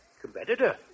competitor